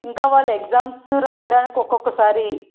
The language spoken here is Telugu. ఇంకా వాళ్ళు ఎగ్జామ్సు రాయడానికి ఒక్కొక్కసారి